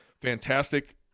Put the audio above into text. Fantastic